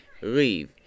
leave